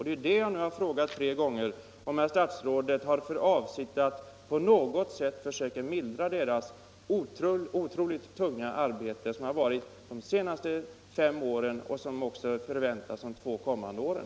Det är därför jag nu tre gånger frågat om statsrådet har för avsikt att på något sätt försöka mildra det otroligt tunga arbete som personalen haft de senaste fem åren och som man räknar med att den skall ha också under de två kommande åren.